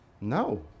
No